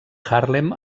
haarlem